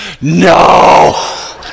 no